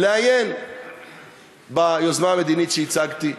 לעיין ביוזמה המדינית שהצגתי,